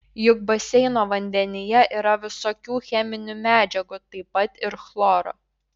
juk baseino vandenyje yra visokių cheminių medžiagų taip pat ir chloro